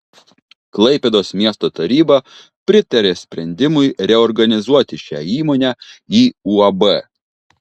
klaipėdos miesto taryba pritarė sprendimui reorganizuoti šią įmonę į uab